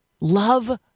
Love